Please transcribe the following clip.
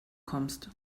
kommst